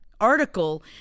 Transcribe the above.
article